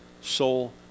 soul